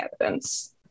evidence